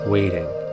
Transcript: waiting